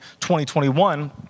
2021